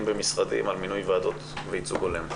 במשרדים על מינוי ועדות וייצוג הולם.